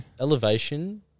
Elevation